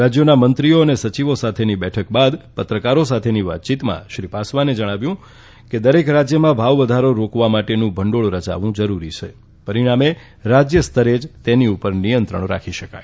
રાજ્યોના મંત્રીઓ અને સચિવો સાથેની બેઠક બાદ પત્રકારો સાથેની વાતયીતમાં શ્રી પાસવાને જણાવ્યું કે દરેક રાજ્યમાં ભાવવધારો રોકવા માટેનું ભંડોળ રચાવું જરૂરી છે પરિણામે રાજ્યસ્તરે જ તેની પર નિયંત્રણ રાખી શકાય